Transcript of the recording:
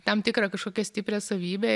tam tikrą kažkokią stiprią savybę